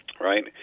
right